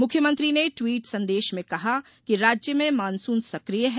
मुख्यमंत्री ने ट्वीट संदेश में कहा कि राज्य में मानसून सक्रिय है